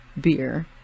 beer